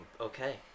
okay